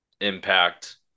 Impact